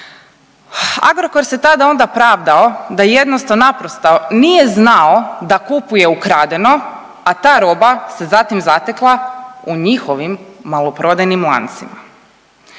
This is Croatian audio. Agrokor se tada onda pravdao da jednostavno naprosto nije znao da kupuje ukradeno, a ta roba se zatim zatekla u njihovim maloprodajnim lancima.